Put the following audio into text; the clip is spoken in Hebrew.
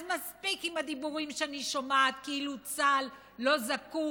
אז מספיק עם הדיבורים שאני שומעת כאילו צה"ל לא זקוק,